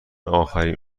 آخرین